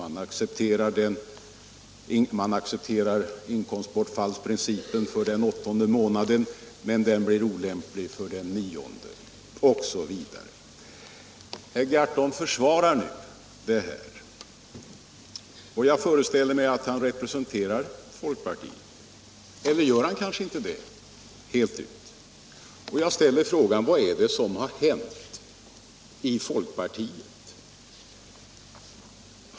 Man accepterar inkomstbortfallsprincipen för den åttonde månaden, men den blir olämplig för den nionde, osv. Herr Gahrton försvarar det här förslaget, och jag föreställer mig att han representerar folkpartiet — eller gör han kanske inte det? Jag frågar 45 mig vad det är som har hänt inom folkpartiet.